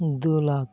ᱫᱩ ᱞᱟᱠᱷ